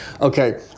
Okay